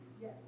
Yes